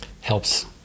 Helps